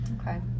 Okay